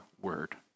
word